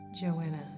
Joanna